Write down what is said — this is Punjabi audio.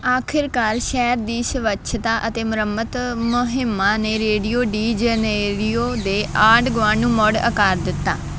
ਆਖ਼ਰਕਾਰ ਸ਼ਹਿਰ ਦੀ ਸਵੱਛਤਾ ਅਤੇ ਮੁਰੰਮਤ ਮੁਹਿੰਮਾਂ ਨੇ ਰੀਓ ਡੀ ਜਨੇਰੀਓ ਦੇ ਆਂਢ ਗੁਆਂਢ ਨੂੰ ਮੁੜ ਆਕਾਰ ਦਿੱਤਾ